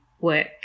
work